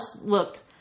looked